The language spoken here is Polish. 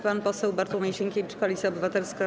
Pan poseł Bartłomiej Sienkiewicz, Koalicja Obywatelska.